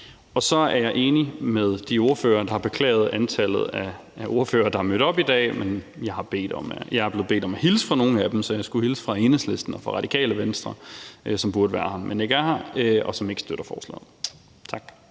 Så er jeg enig med de ordførere, der har beklaget sig over antallet af ordførere, der er mødt op i dag, men jeg er blevet bedt om at hilse fra nogle af dem. Jeg skulle hilse fra Enhedslisten og fra Radikale Venstre, som burde være her, men ikke er her, og som ikke støtter forslaget. Tak.